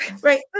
Right